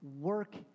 Work